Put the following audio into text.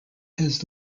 his